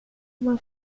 uma